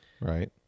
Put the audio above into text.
right